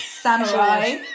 samurai